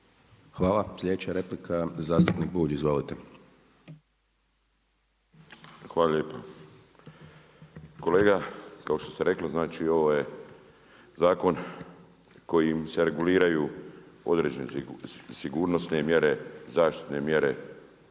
Hvala. Sljedeća replika zastupnik Bulj. Izvolite. **Bulj, Miro (MOST)** Hvala lijepa. Kolega kao što ste rekli ovo je zakon kojim se reguliraju određene sigurnosne mjere, zaštitne mjere